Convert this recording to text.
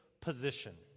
position